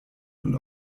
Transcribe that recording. und